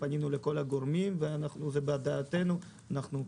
ואנחנו רוצים